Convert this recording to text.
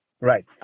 right